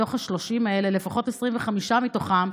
לפחות 25 מתוך ה-30,